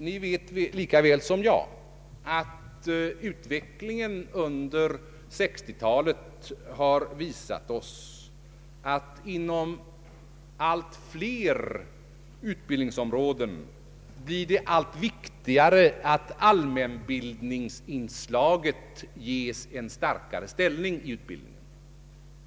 Ni vet lika väl som jag att utvecklingen under 1960-talet har visat oss att det inom allt flera utbildningsområden blir allt viktigare att allmänbildningsinslaget ges en starkare ställning i utbildningen.